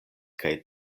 kaj